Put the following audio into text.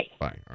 bye